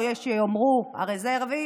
או יש שיאמרו הרזרבי,